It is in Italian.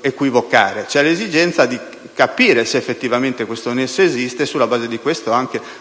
equivocare. C'è l'esigenza di capire se effettivamente tale nesso esiste e sulla base di questo dare